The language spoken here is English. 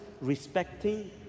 respecting